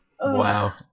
Wow